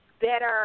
better